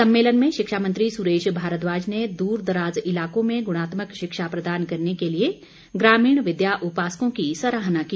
सम्मेलन में शिक्षा मंत्री सुरेश भारद्वाज ने दूरदराज इलाकों में गृणात्मक शिक्षा प्रदान करने के लिए ग्रामीण विद्या उपासकों की सराहना की